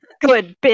good